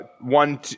one